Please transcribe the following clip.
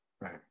Right